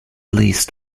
least